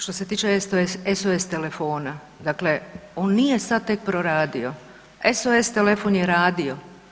Što se tiče SOS telefona, dakle on nije sad tek proradio, SOS telefon je radio.